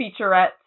featurette